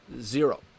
zero